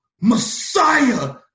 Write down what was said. Messiah